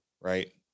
right